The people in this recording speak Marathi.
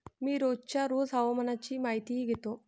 मी रोजच्या रोज हवामानाची माहितीही घेतो